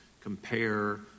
compare